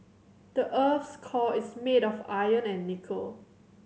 the earth's core is made of iron and nickel